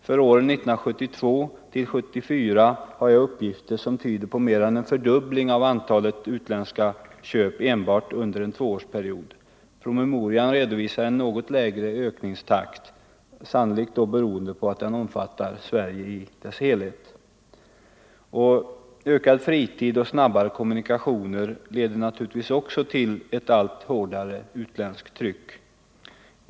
För åren 1972-1974 har jag uppgifter som tyder på mer än en fördubbling av antalet utländska köp enbart under en tvåårsperiod. Promemorian redovisar en något lägre ökningstakt, sannolikt beroende på att den omfattar hela Sverige. Ökad fritid och snabbare kommunikationer leder naturligtvis också till ett allt hårdare utländskt tryck.